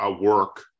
work